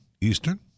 Eastern